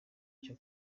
cyo